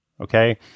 Okay